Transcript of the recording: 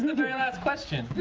and very last question.